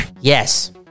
Yes